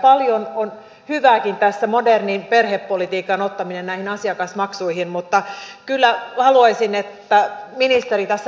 paljon on hyvääkin tässä modernin perhepolitiikan ottaminen näihin asiakasmaksuihin mutta kyllä haluaisin että ministeri tässä vastaisi